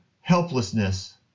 helplessness